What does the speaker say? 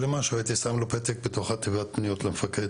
משהו הייתי שם לו פתק בתוך תיבת הפניות למפקד.